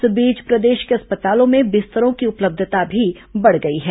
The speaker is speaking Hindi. इस बीच प्रदेश के अस्पतालों में बिस्तरों की उपलब्धता भी बढ़ गई है